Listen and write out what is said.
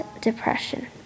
depression